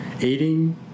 eating